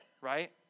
right